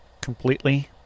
completely